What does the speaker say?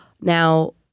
Now